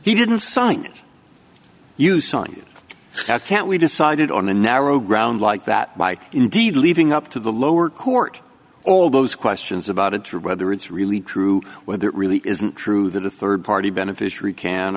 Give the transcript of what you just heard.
he didn't sign it you sign it that can't be decided on a narrow ground like that by indeed leaving up to the lower court all those questions about it to whether it's really true whether it really isn't true that a rd party beneficiary can